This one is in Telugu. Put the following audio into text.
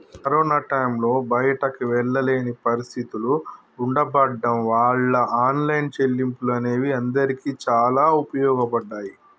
కరోనా టైంలో బయటికి వెళ్ళలేని పరిస్థితులు ఉండబడ్డం వాళ్ళ ఆన్లైన్ చెల్లింపులు అనేవి అందరికీ చాలా ఉపయోగపడ్డాయి